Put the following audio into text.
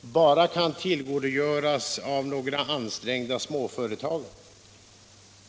bara kan tillgodogöras av några ansträngda småföretagare.